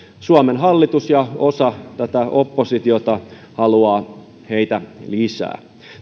suomen hallitus ja osa tätä oppositiota haluaa heitä lisää